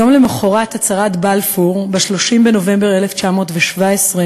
יום למחרת הצהרת בלפור, ב-30 בנובמבר 1917,